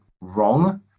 wrong